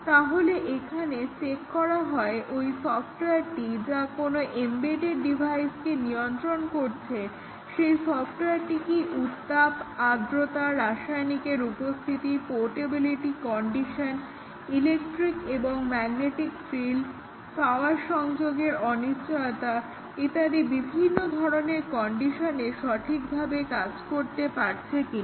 তাহলে এখানে চেক করা হয় এই সফটওয়্যারটি যা কোনো এমবেডেড ডিভাইসকে নিয়ন্ত্রণ করছে সেই সফটওয়ারটি কি উত্তাপ আদ্রতা রাসায়নিকের উপস্থিতি পোর্টেবিলিটি কন্ডিশন ইলেকট্রিক এবং ম্যাগনেটিক ফিল্ড পাওয়ার সংযোগের অনিশ্চয়তা ইত্যাদি বিভিন্ন ধরনের কন্ডিশনে সঠিকভাবে কাজ করতে পারছে কিনা